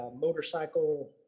motorcycle